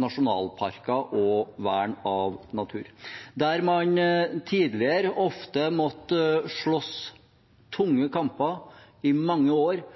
nasjonalparker og vern av natur. Der man tidligere ofte måtte slåss tunge kamper i mange år